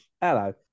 Hello